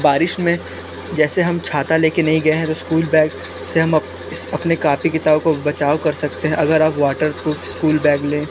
बारिश में जैसे हम छाता ले के नहीं गए है तो स्कूल बैग से हम अपने कॉपी किताब को बचाव कर सकते हैं अगर अब वाटर प्रूफ स्कूल बैग लें